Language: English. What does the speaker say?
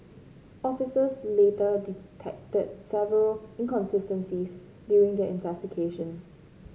officers later detected several inconsistencies during their investigation